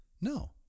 No